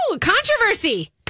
controversy